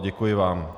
Děkuji vám.